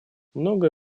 многое